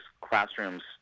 classrooms